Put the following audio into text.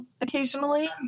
occasionally